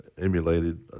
emulated